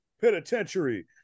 Penitentiary